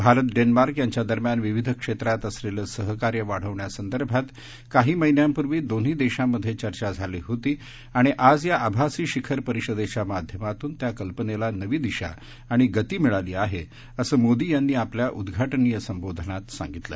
Bharat Denmark यांच्यादरम्यान विविध क्षेत्रात असलेलं सहकार्य वाढवण्यासंदर्भात काही महिन्यांपूर्वी दोन्ही देशांमधे चर्चा झाली होती आणि आज या आभासी शिखर परिषदेच्या माध्यमातून त्या कल्पनेला नवी दिशा आणि गती मिळाली आहे असं मोदी यांनी आपल्या उद्घाटनीय संबोधनात सांगितलं